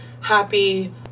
happy